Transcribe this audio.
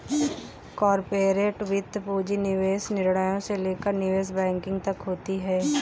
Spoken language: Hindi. कॉर्पोरेट वित्त पूंजी निवेश निर्णयों से लेकर निवेश बैंकिंग तक होती हैं